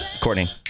Courtney